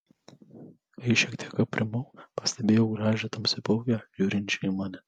kai šiek tiek aprimau pastebėjau gražią tamsiaplaukę žiūrinčią į mane